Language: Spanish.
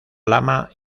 lama